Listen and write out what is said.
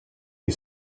die